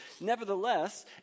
nevertheless